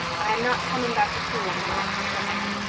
i am not coming back to school any more, said anne.